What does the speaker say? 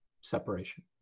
separation